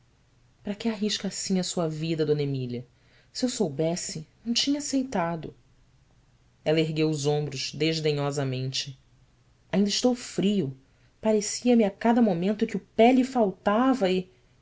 para que arrisca assim a sua vida d emília se eu soubesse não tinha aceitado ela ergueu os ombros desdenhosamente inda estou frio parecia-me a cada momento que o pé lhe faltava e